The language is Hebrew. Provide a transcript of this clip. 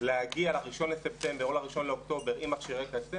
להגיע ל-1 בספטמבר או ל-1 באוקטובר עם מכשירי קצה.